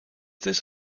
this